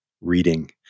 reading